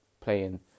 playing